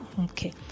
Okay